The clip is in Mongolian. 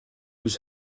биш